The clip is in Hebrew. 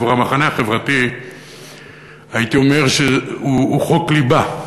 עבור המחנה החברתי הייתי אומר שהוא חוק ליבה,